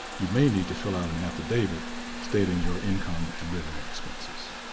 you may need to fill out an affidavit stating your income and living expenses.